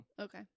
Okay